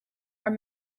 are